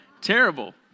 Terrible